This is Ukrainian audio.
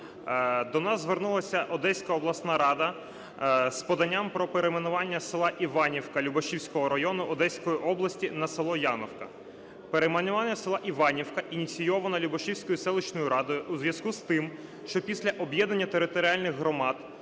До вас звернулася Одеська обласна рада з поданням про перейменування села Іванівка Любашівського району Одеської області на село Яновка. Перейменування села Іванівка ініційовано Любашівською селищного радою у зв'язку з тим, що після об'єднання територіальних громад